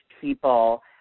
people